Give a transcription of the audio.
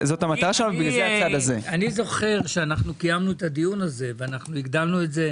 אני זוכר שכשקיימנו את הדיון הזה והגדרנו את זה